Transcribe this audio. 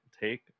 take